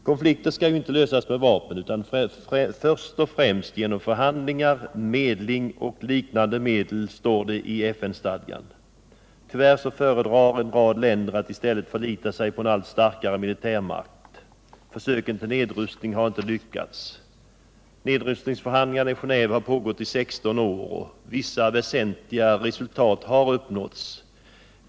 Konflikter skall inte lösas med vapen utan först och främst genom förhandlingar, medling och liknande medel, står det i FN-stadgan. Tyvärr föredrar en rad länder att i stället förlita sig på allt starkare militärmakt. Försöken till nedrustning har inte lyckats. Nedrustningsförhandlingarna i Genéve har pågått i 16 år, och vissa väsentliga resultat har uppnåtts.